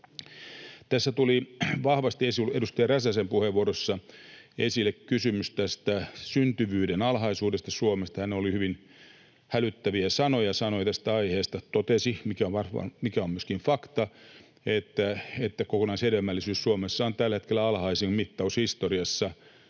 Tässä tuli vahvasti edustaja Räsäsen puheenvuorossa esille kysymys syntyvyyden alhaisuudesta Suomessa. Hän sanoi hyvin hälyttäviä sanoja tästä aiheesta, totesi — mikä on myöskin fakta — että kokonaishedelmällisyys Suomessa on tällä hetkellä alhaisin mittaushistoriassa.